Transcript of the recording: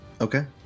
Okay